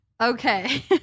Okay